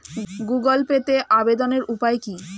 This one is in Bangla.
গুগোল পেতে আবেদনের উপায় কি?